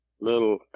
little